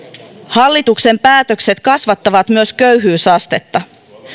hallituksen päätökset kasvattavat myös köyhyysastetta